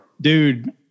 dude